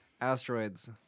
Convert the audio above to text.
Asteroids